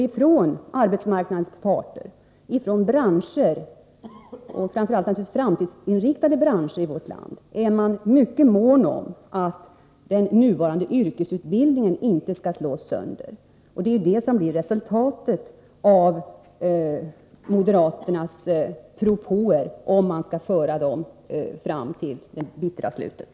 Ifrån arbetsmarknadens parter, framför allt från de framtidsinriktade branscherna i vårt land, är man mycket mån om att den nuvarande yrkesutbildningen inte skall slås sönder. Men det blir resultatet av moderaternas propåer —- om man skall föra dem fram till det bittra slutet.